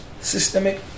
systemic